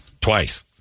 twice